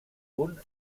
punt